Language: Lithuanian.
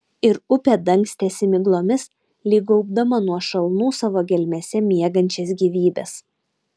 ir upė dangstėsi miglomis lyg gaubdama nuo šalnų savo gelmėse miegančias gyvybes